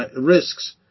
risks